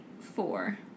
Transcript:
four